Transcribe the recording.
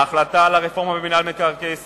ההחלטה על הרפורמה במינהל מקרקעי ישראל,